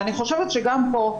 אני חושבת שגם פה,